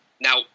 Now